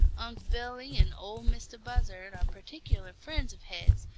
unc' billy and ol' mistah buzzard are particular friends of his,